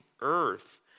earth